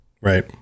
Right